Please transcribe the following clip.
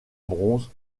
bronze